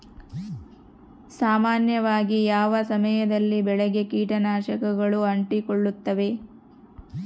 ಸಾಮಾನ್ಯವಾಗಿ ಯಾವ ಸಮಯದಲ್ಲಿ ಬೆಳೆಗೆ ಕೇಟನಾಶಕಗಳು ಅಂಟಿಕೊಳ್ಳುತ್ತವೆ?